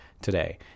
today